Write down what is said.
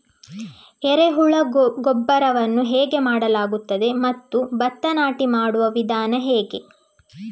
ಎರೆಹುಳು ಗೊಬ್ಬರವನ್ನು ಹೇಗೆ ಮಾಡಲಾಗುತ್ತದೆ ಮತ್ತು ಭತ್ತ ನಾಟಿ ಮಾಡುವ ವಿಧಾನ ಹೇಗೆ?